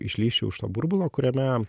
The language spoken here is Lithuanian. išlįsčiau iš to burbulo kuriame